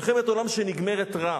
מלחמת עולם שנגמרת רע.